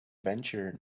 venture